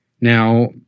now